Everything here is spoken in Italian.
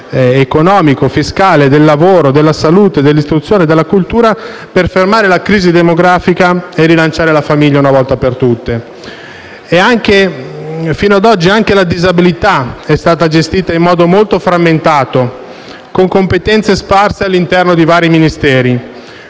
economico, fiscale, del lavoro, della salute, dell'istruzione e della cultura, per fermare la crisi demografica e rilanciare la famiglia una volta per tutte. Fino ad oggi anche la disabilità è stata gestita in modo molto frammentato con competenze sparse all'interno di vari Ministeri.